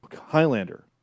Highlander